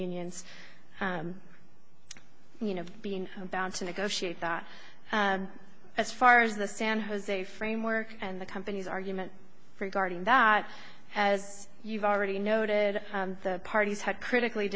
unions you know being down to negotiate as far as the san jose framework and the company's argument regarding that as you've already noted the parties have critically